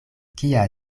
kia